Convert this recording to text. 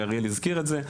ואריאל הזכיר את זה.